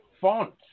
font